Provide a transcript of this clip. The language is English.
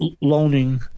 loaning